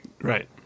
Right